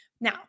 Now